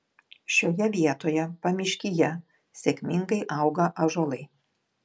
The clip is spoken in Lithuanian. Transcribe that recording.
šioje vietoje pamiškyje sėkmingai auga ąžuolai